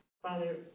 Father